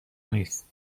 نیست